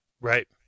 Right